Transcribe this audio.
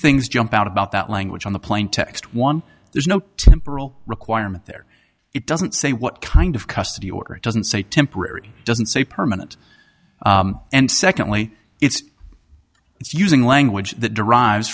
things jump out about that language on the plaintext one there's no temporal requirement there it doesn't say what kind of custody order it doesn't say temporary it doesn't say permanent and secondly it's it's using language that derives